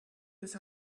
this